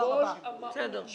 קריאה > יצחק וקנין (ש"ס): כל המהות